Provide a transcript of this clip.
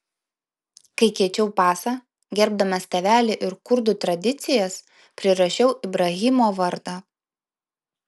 kai keičiau pasą gerbdamas tėvelį ir kurdų tradicijas prirašiau ibrahimo vardą